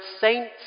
saints